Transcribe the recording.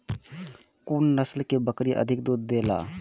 कुन नस्ल के बकरी अधिक दूध देला?